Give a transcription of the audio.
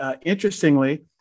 interestingly